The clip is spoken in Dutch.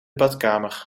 badkamer